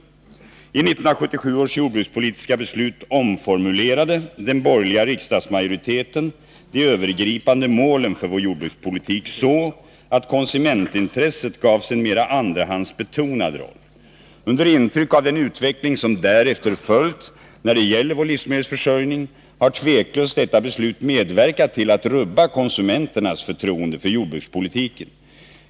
I 1977 års jordbrukspolitiska beslut omformulerade den borgerliga riksdagsmajoriteten de övergripande målen för vår jordbrukspolitik så, att konsumentintresset gavs en mer andrahandsbetonad roll. Under intryck av den utveckling som därefter följt när det gäller vår livsmedelsförsörjning har tveklöst detta beslut medverkat till att rubba konsumenternas förtroende för jordbrukspolitiken.